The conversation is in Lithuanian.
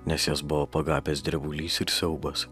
nes jas buvo pagavęs drebulys ir siaubas